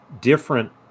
different